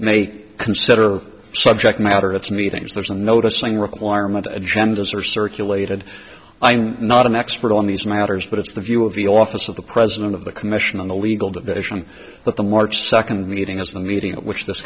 make consider subject matter that's meetings there's a notice saying requirement agendas are circulated i'm not an expert on these matters but it's the view of the office of the president of the commission on the legal division that the march second meeting as the meeting at which this